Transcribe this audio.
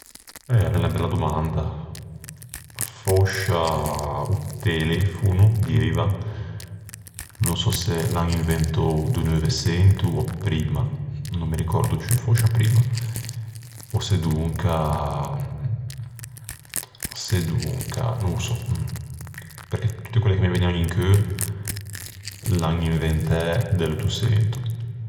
Eh, a l'é unna bella domanda. Fòscia o telefono, dieiva. No sò se l'an inventou do Neuveçento ò primma. Fòscia primma. Ò sedonca, sedonca no ô sò, perché tutte quelle che me vëgnan in cheu l'an inventæ de l'Euttoçento.